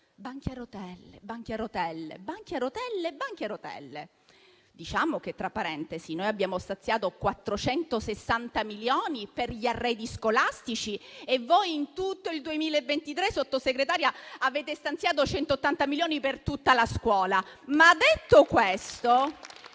uno e lo ripeto: banchi a rotelle, banchi a rotelle, banchi a rotelle. Diciamo, tra parentesi, che noi abbiamo stanziato 460 milioni per gli arredi scolastici e voi in tutto il 2023, Sottosegretaria, avete stanziato 180 milioni per tutta la scuola.